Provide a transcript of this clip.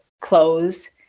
clothes